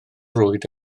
rwyd